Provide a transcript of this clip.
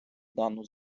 дану